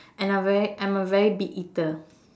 and I very I'm a very big eater